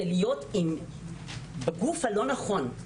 זה להיות בגוף הלא נכון.